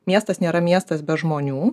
miestas nėra miestas be žmonių